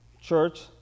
church